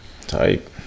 Type